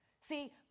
See